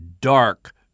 dark